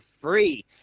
free